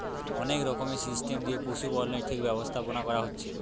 অনেক রকমের সিস্টেম দিয়ে পশুপালনের ঠিক ব্যবস্থাপোনা কোরা হচ্ছে